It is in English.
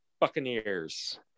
Buccaneers